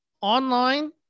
online